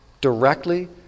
directly